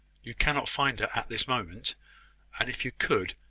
you cannot find her at this moment and if you could,